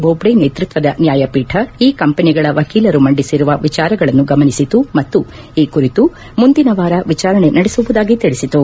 ಬೋಬ್ನೆ ನೇತೃತ್ವದ ನ್ನಾಯಪೀಠ ಈ ಕಂಪನಿಗಳ ವಕೀಲರು ಮಂಡಿಸಿರುವ ವಿಚಾರಗಳನ್ನು ಗಮನಿಸಿತು ಮತ್ತು ಈ ಕುರಿತು ಮುಂದಿನ ವಾರ ವಿಚಾರಣೆ ನಡೆಸುವುದಾಗಿ ತಿಳಿಸಿತು